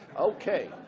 Okay